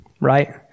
Right